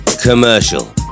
commercial